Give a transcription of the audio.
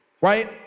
right